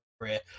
career